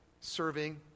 serving